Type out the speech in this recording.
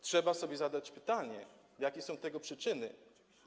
Trzeba sobie zadać pytanie, jakie są tego przyczyny.